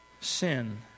sin